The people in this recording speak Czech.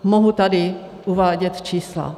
Mohu tady uvádět čísla.